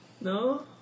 No